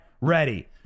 ready